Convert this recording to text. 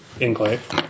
enclave